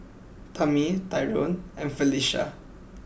Tami Tyrone and Felisha